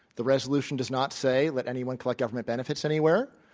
the resolution does not say let anyone collect government benefits anywhere.